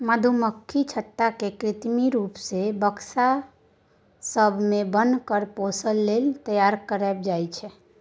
मधुमक्खी छत्ता केँ कृत्रिम रुप सँ बक्सा सब मे बन्न कए पोसय लेल तैयार कयल जाइ छै